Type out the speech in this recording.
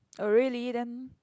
oh really then